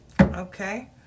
okay